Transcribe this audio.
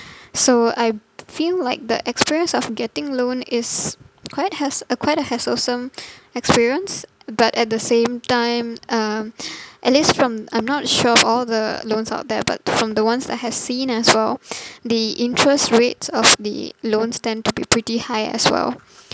so I feel like the experience of getting loan is quite has~ a quite a hasslesome experience but at the same time um at least from I'm not sure for all the loans out there but from the ones I have seen as well the interest rates of the loans tend to be pretty high as well